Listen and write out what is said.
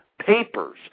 papers